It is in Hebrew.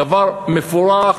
דבר מבורך.